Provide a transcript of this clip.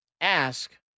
ask